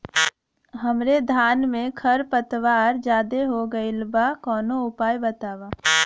हमरे धान में खर पतवार ज्यादे हो गइल बा कवनो उपाय बतावा?